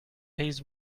his